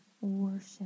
worship